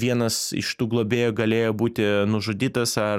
vienas iš tų globėjų galėjo būti nužudytas ar